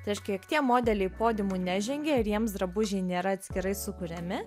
tai reiškia jog tie modeliai podiumu nežengia ir jiems drabužiai nėra atskirai sukuriami